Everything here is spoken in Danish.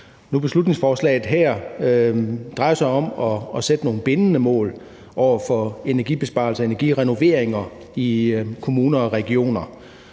beslutningsforslaget her sig jo om at sætte nogle bindende mål for energibesparelser og energirenoveringer i kommuner og regioner,